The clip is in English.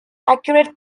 accurate